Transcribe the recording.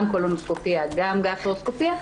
גם קולונוסקופיה, גם גסטרוסקופיה.